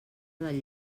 del